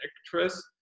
actress